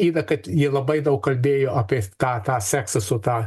yra kad jie labai daug kalbėjo apie tą tą seksą su tą